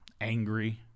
angry